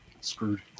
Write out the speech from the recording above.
screwed